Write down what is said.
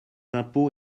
impôts